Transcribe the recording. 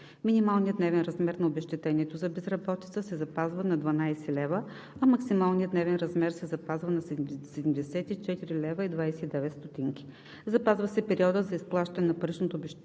минималният дневен размер на обезщетението за безработица се запазва на 12,00 лв., а максималният дневен размер се запазва на 74,29 лв.; - запазва се периодът на изплащане на паричното обезщетение